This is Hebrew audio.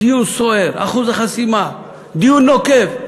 דיון סוער, אחוז החסימה, דיון נוקב,